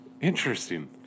Interesting